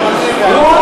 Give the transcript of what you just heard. (קוראת בשמות חברי הכנסת) זבולון